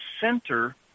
center